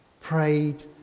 prayed